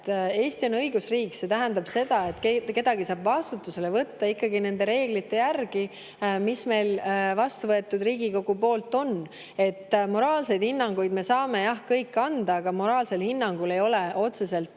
Eesti on õigusriik, mis tähendab, et kedagi saab vastutusele võtta ikkagi vaid nende reeglite järgi, mis Riigikogus vastu võetud on. Moraalseid hinnanguid me saame kõik anda, aga moraalne hinnang ei ole otseselt